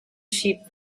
sheep